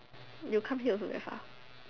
you come here also very far